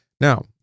Now